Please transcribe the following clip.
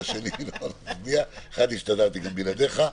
על השני אחד הסתדרתי גם בלעדיך.